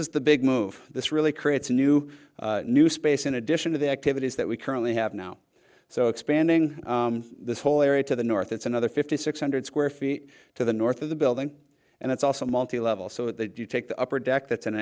is the big move this really creates a new new space in addition to the activities that we currently have now so expanding this whole area to the north that's another fifty six hundred square feet to the north of the building and it's also multi level so that you take the upper deck that's an